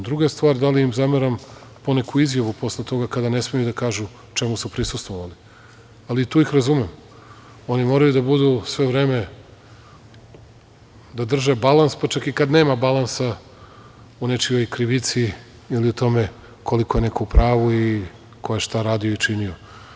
Druga stvar, da li im zameram poneku izjavu posle toga kada ne smeju da kažu o čemu su prisustvovali, ali tu ih razumem, oni moraju da budu sve vreme da drže balans, pa čak i kada nema balansa u nečijoj krivici ili u tome koliko je neko u pravu i ko je šta radio i činio.